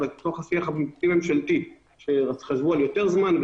בתוך השיח הפנים ממשלתי שחזרו על יותר זמן,